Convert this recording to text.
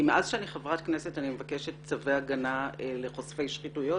מאז שאני חברת כנסת אני מבקשת צווי הגנה לחושפי שחיתויות